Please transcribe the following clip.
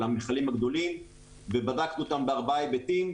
המיכלים הגדולים ובדקנו את זה בארבעה היבטים,